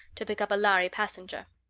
to pick up a lhari passenger.